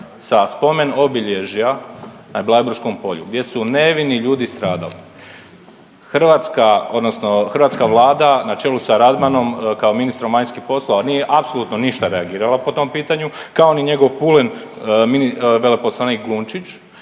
sa spomen obilježja na Bleiburškom polju gdje su nevini ljudi stradali. Hrvatska odnosno hrvatska Vlada na čelu sa Radmanom kao ministrom vanjskih poslova nije apsolutno ništa reagirala po tom pitanju kao ni njegov pulen veleposlanik Glunčić.